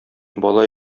бала